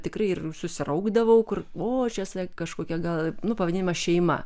tikrai ir susiraukdavau kur o čai sakė kažkokia gal nu pavadinimas šeima